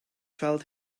felt